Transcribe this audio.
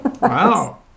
Wow